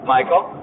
Michael